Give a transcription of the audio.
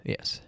Yes